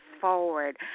forward